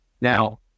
Now